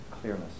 clearness